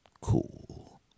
Cool